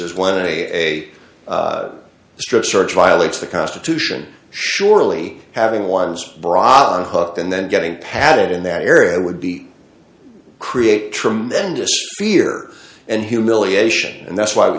as one in a strip search violates the constitution surely having one's brodeur hooked and then getting padded in that area would be create tremendous fear and humiliation and that's why we